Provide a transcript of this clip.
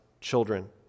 children